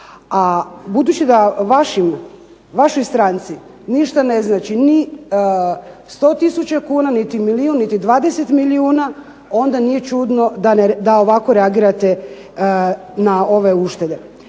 a budući da vašoj stranci ništa ne znači ni 100000 kn, niti milijun, niti 20 milijuna, onda nije čudno da ovako reagirate na ove uštede.